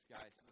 Guys